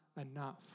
enough